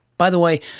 by the way,